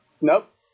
Nope